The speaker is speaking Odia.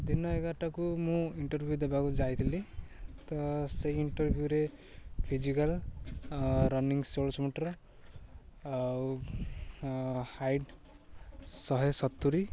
ଦିନ ଏଗାରଟାକୁ ମୁଁ ଇଣ୍ଟରଭ୍ୟୁ ଦେବାକୁ ଯାଇଥିଲି ତ ସେଇ ଇଣ୍ଟରଭ୍ୟୁରେ ଫିଜିକାଲ୍ ରନିଂ ଷୋଳଶହ ମିଟର ଆଉ ହାଇଟ୍ ଶହେ ସତୁରି